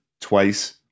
twice